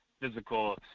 physical